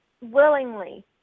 willingly